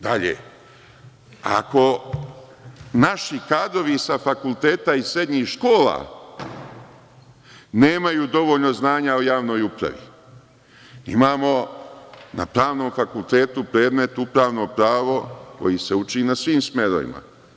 Dalje, ako naši kadrovi sa fakulteta i srednjih škola nemaju dovoljno znanja o javnoj upravi, imamo na pravnom fakultetu predmet „Upravno pravo“ koji se uči na svim smerovima.